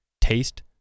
taste